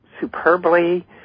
superbly